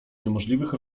niemożliwych